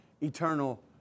eternal